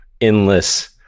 endless